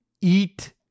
eat